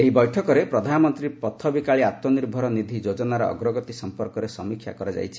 ଏହି ବୈଠକରେ 'ପ୍ରଧାନମନ୍ତ୍ରୀ ପଥ ବିକାଳୀ ଆତ୍କନିର୍ଭର ନିଧି ଯୋଜନା'ର ଅଗ୍ରଗତି ସମ୍ପର୍କରେ ସମୀକ୍ଷା କରାଯାଇଛି